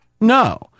No